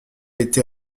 été